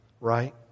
right